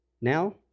now